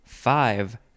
five